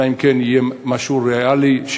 אלא אם כן יהיה משהו ריאלי,